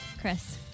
Chris